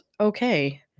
okay